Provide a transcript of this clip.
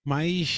Mas